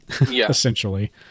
essentially